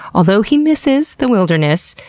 although he misses the wilderness,